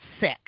sick